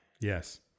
Yes